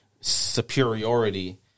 superiority